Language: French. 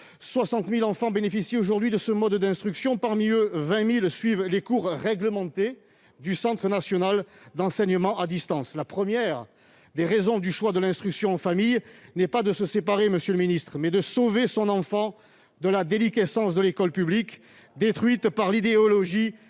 60 000 enfants bénéficient aujourd'hui de ce mode d'instruction. Parmi eux, 20 000 suivent les cours réglementés du Centre national d'enseignement à distance (CNED). Si l'on choisit l'instruction en famille, ce n'est pas pour se séparer, c'est avant tout pour sauver son enfant de la déliquescence de l'école publique, détruite par l'idéologie et le